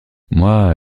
moi